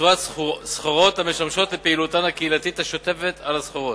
בצורת סחורות המשמשות לפעילותן הקהילתית השוטפת על הסחורות.